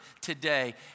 today